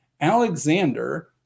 Alexander